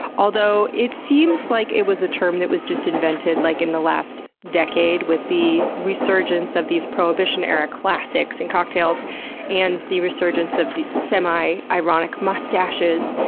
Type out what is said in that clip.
although it seems like it was a term that was just invented like in the last decade with the resurgence of these prohibition-era classics and cocktails and the resurgence of semi-ironic mustaches,